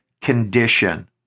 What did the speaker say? condition